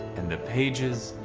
and the pages